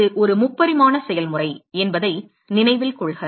இது ஒரு முப்பரிமாண செயல்முறை என்பதை நினைவில் கொள்க